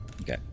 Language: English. Okay